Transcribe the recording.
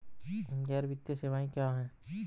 गैर वित्तीय सेवाएं क्या हैं?